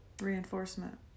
reinforcement